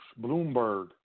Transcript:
Bloomberg